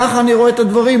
כך אני רואה את הדברים,